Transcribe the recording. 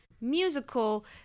musical